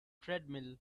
treadmill